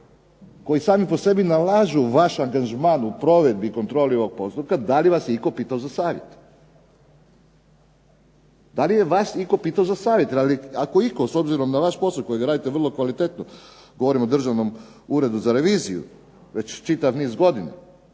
koji sami po sebi nalažu vaš angažman u provedbi i kontroli ovog postupka, da li vas je itko pitao za savjet? Da li je vas itko pitao za savjet? Ako itko s obzirom na vaš posao kojega radite vrlo kvalitetno, govorim o Državnom uredu za reviziju, već čitav niz godina,